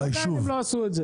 והם לא עשו את זה.